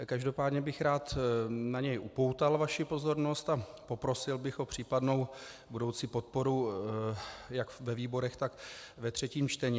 Každopádně bych rád na něj upoutal vaši pozornost a poprosil bych o případnou budoucí podporu jak ve výborech, tak ve třetím čtení.